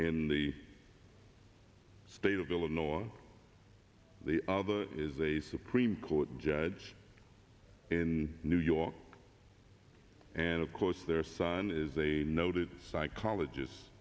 in the state of illinois other is a supreme court judge in new york and of course their son is a noted psychologist